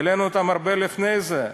העלינו את זה הרבה זמן לפני זה.